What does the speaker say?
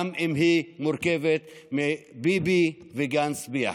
גם אם היא מורכבת מביבי וגנץ ביחד.